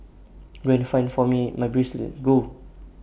go and find for me my bracelet go